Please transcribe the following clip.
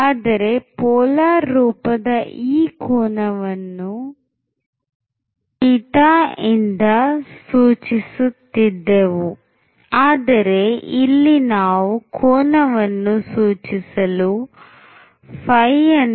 ಆದರೆ ಪೋಲಾರ್ ರೂಪದ ಈ ಕೋನವನ್ನು ಇಂದ ಸೂಚಿಸುತ್ತಿದ್ದೆವು ಆದರೆ ಇಲ್ಲಿ ನಾವು ಕೋನವನ್ನು ಸೂಚಿಸಲು ಅನ್ನು